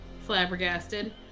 flabbergasted